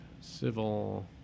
Civil